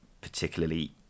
particularly